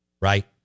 right